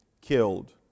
killed